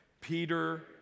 Peter